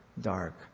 dark